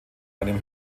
einem